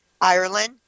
Ireland